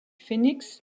phénix